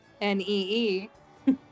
N-E-E